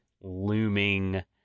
looming